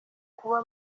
kuba